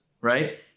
right